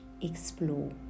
explore